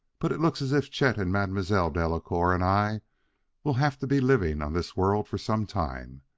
but it looks as if chet and mademoiselle delacouer and i will have to be living on this world for some time.